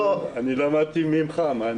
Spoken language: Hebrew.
אני למדתי ממך.